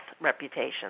reputation